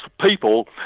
people